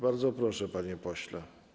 Bardzo proszę, panie pośle.